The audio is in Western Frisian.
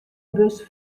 bus